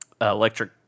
electric